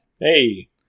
Hey